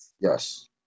Yes